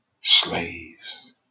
slaves